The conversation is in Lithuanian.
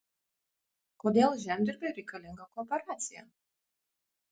kodėl žemdirbiui reikalinga kooperacija